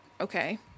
Okay